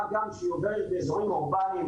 מה גם שהיא עוברת באזורים אורבניים,